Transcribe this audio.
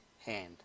hand